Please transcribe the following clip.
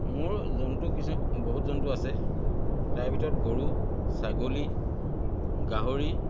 মোৰ জন্তু কিছু বহুত জন্তু আছে তাৰ ভিতৰত গৰু ছাগলী গাহৰি